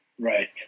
Right